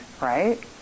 right